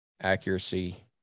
accuracy